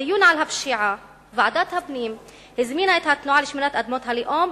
בדיון על הפשיעה ועדת הפנים הזמינה את התנועה לשמירת אדמות הלאום.